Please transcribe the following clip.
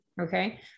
Okay